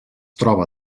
troba